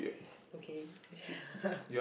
okay